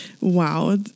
wow